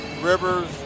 Rivers